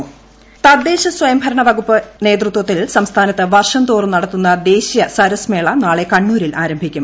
Kudumbashree mission മേള തദ്ദേശ സ്വയംഭരണ വകുപ്പ് നേതൃത്വത്തിൽ സംസ്ഥാനത്ത് വർഷംതോറും നടത്തുന്ന ദേശീയ സരസ് മേള നാളെ കണ്ണൂരിൽ ആരംഭിക്കും